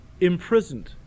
imprisoned